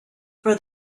for